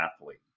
athlete